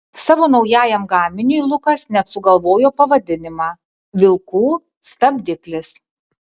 savo naujajam gaminiui lukas net sugalvojo pavadinimą vilkų stabdiklis